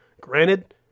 Granted